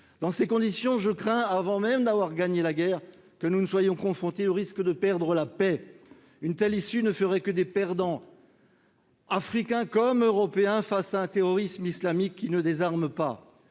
Dans ces conditions, je crains que, avant même d'avoir gagné la guerre, nous ne soyons confrontés au risque de perdre la paix. Une telle issue ne ferait que des perdants, africains comme européens, face à un terrorisme islamique qui ne désarme pas.